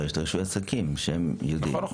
יש את רישוי העסקים והם יודעים --- נכון.